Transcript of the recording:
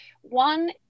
one